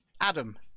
adam